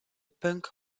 punk